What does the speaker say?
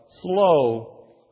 slow